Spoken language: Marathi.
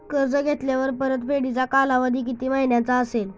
कर्ज घेतल्यावर परतफेडीचा कालावधी किती महिन्यांचा असेल?